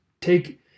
take